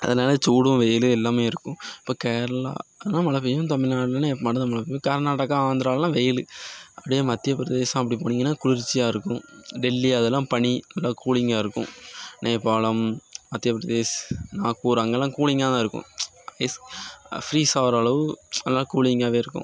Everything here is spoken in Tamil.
அதனால் சூடு வெயில் எல்லாம் இருக்கும் இப்போ கேரளா ஆனால் மழை பெய்யும் தமிழ்நாடுலலாம் மழை பெய்யும் கர்நாடகா ஆந்திராவிலலாம் வெயில் அப்படியே மத்தியப்பிரதேசம் அப்படி போனீங்கனா குளிர்ச்சியாக இருக்கும் டெல்லி அதலாம் பனி நல்லா கூலிங்காக இருக்கும் நேபாளம் மத்தியப்பிரதேஷ் நாக்பூர் அங்கேலாம் கூலிங்காக தான் இருக்கும் ஃப்ரீஸ் ஆகிற அளவு நல்லா கூலிங்காக இருக்கும்